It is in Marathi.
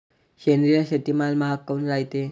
सेंद्रिय शेतीमाल महाग काऊन रायते?